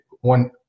one